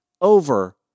over